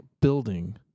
building